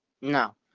No